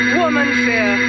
woman-fear